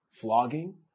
flogging